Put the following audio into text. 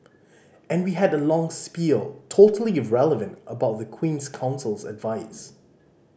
and we had a long spiel totally irrelevant about the Queen's Counsel's advice